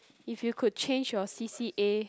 if you could change your C_C_A